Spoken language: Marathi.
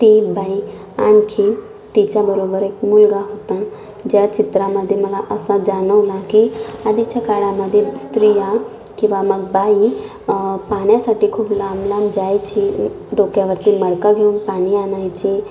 ती बाई आणखी तिच्याबरोबर एक मुलगा होता ज्या चित्रामध्ये मला असं जाणवला की आधीच्या काळामध्ये स्त्रिया किंवा मग बाई पाण्यासाठी खूप लांब लांब जायचे डोक्यावरती मडकं घेऊन पाणी आणायचे